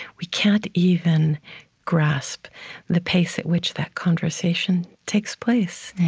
we can't even grasp the pace at which that conversation takes place.